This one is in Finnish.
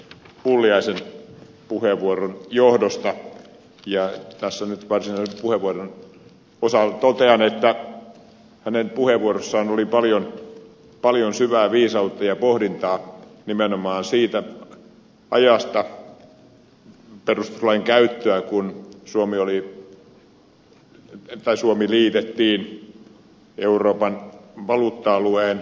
pulliaisen puheenvuoron johdosta ja tässä nyt varsinaisen puheenvuoron osalta totean että hänen puheenvuorossaan oli paljon syvää viisautta ja pohdintaa nimenomaan siitä ajasta perustuslain käyttöä kun suomi liitettiin euroopan valuutta alueen jäseneksi